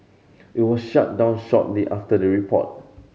it was shut down shortly after the report